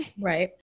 Right